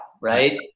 Right